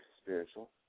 spiritual